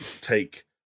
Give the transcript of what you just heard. take